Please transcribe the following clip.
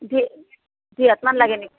দুই দুই হাতমান লাগে নেকি